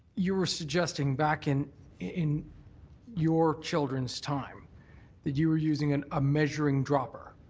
you were suggesting back in in your children's time that you were using and a measuring dropper.